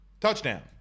Touchdown